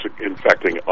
infecting